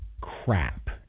crap